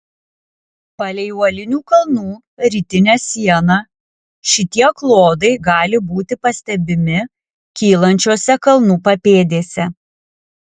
palei uolinių kalnų rytinę sieną šitie klodai gali būti pastebimi kylančiose kalnų papėdėse